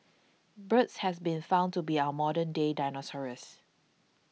birds has been found to be our modern day